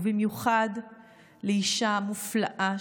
ובמיוחד לאישה מופלאה,